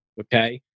Okay